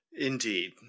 Indeed